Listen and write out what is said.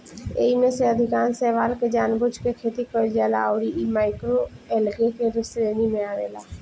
एईमे से अधिकांश शैवाल के जानबूझ के खेती कईल जाला अउरी इ माइक्रोएल्गे के श्रेणी में आवेला